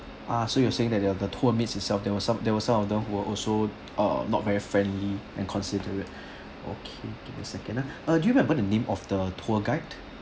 ah so you're saying that there were the tour mates itself there were some there were some of them who were also uh not very friendly and considerate okay give me a second ah uh do you remember the name of the tour guide